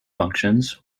functions